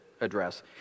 address